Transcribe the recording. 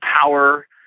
power